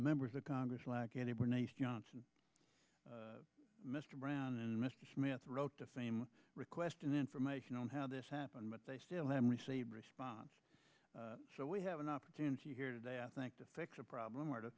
members of congress lacking any bernice johnson mr brown and mr smith wrote to fame requesting information on how this happened but they still haven't received a response so we have an opportunity here today i think to fix a problem or to